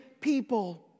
people